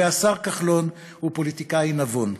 הרי השר כחלון הוא פוליטיקאי נבון,